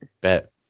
Bet